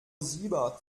siebert